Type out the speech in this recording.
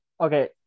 Okay